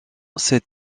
ces